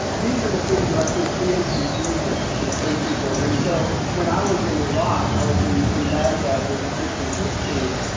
these are the things that i think create confusion in people and so when i was in iraq, i was in in baghdad with the christian peace team